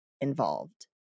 involved